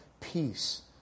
peace